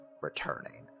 returning